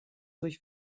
durch